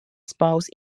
spouse